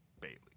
Bailey